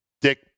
Dick